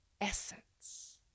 essence